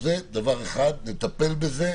זה דבר אחד, נטפל בזה.